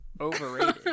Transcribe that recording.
Overrated